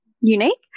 unique